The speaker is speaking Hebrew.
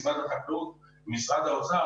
משרד החקלאות ומשרד האוצר,